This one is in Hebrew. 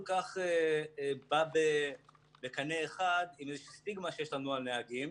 כך בא בקנה אחד עם איזושהי סטיגמה שיש לנו על נהגים.